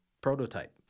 prototype